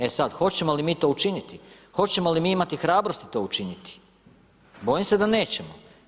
E sad, hoćemo li mi to učiniti, hoćemo li mi imati hrabrosti to učiniti, bojim se da nećemo.